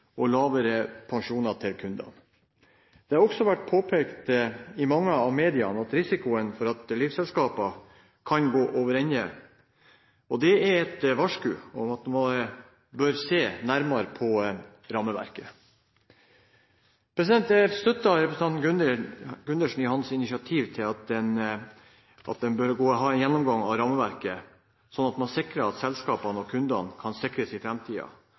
og lavere pensjoner til kundene. Mange medier har påpekt risikoen for at livselskaper kan gå over ende. Det er et varsku om at en bør se nærmere på rammeverket. Jeg støtter representanten Gundersen i hans initiativ til en gjennomgang av rammeverket, slik at selskapene og kundene kan sikres i